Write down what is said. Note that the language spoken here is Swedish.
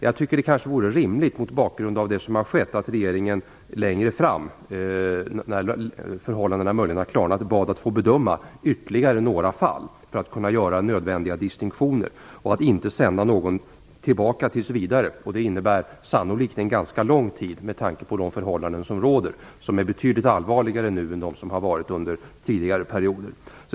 Jag tycker att det kanske vore rimligt att, mot bakgrund av vad som har skett, regeringen längre fram när förhållandena möjligen har klarnat bad att få bedöma ytterligare några fall för att kunna göra nödvändiga distinktioner och att tills vidare inte sända någon tillbaka. Det innebär sannolikt en ganska lång tid med tanke på de förhållanden som råder och som är betydligt allvarligare nu än förhållandena under tidigare perioder.